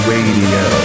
Radio